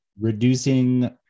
Reducing